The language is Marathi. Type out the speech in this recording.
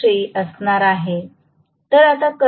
आता करंट म्हणून 4